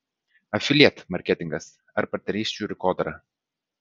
afilieit marketingas ar partnerysčių rinkodara